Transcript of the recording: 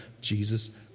Jesus